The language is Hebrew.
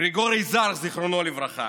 גרגורי זרח, זיכרונו לברכה,